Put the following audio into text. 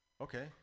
Okay